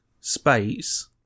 space